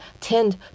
tend